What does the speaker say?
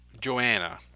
Joanna